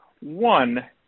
one